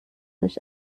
euch